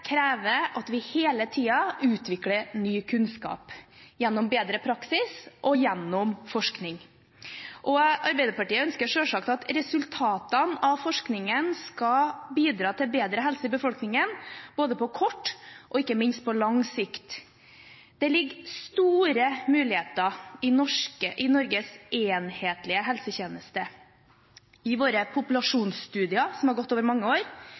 krever at vi hele tiden utvikler ny kunnskap gjennom bedre praksis og gjennom forskning. Arbeiderpartiet ønsker selvsagt at resultatene av forskningen skal bidra til bedre helse i befolkningen både på kort og ikke minst på lang sikt. Det ligger store muligheter i Norges enhetlige helsetjeneste, i våre populasjonsstudier som har gått over mange år,